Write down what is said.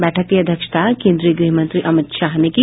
बैठक की अध्यक्षता कोन्द्रीय गृह मंत्री अमित शाह ने की